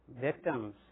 Victims